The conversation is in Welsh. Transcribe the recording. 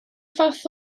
fath